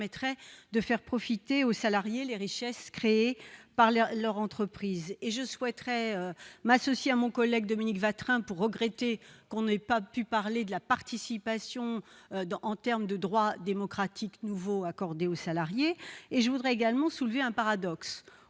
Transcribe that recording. permettrait de faire profiter les salariés des richesses créées par leur entreprise. Je voudrais m'associer à mon collègue Dominique Watrin pour regretter que l'on n'ait pas pu parler de la participation comme droit démocratique nouveau accordé aux salariés. Je voudrais également soulever un paradoxe